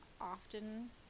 often